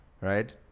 right